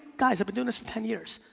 guys, i've been and ten years.